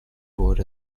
wurde